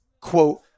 quote